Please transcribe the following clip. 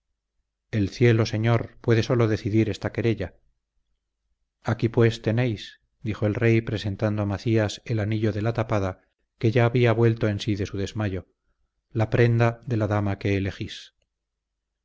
el cielo señor puede sólo decidir esta querella aquí pues tenéis dijo el rey presentando a macías el anillo de la tapada que ya había vuelto en sí de su desmayo la prenda de la dama que elegís